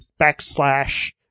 backslash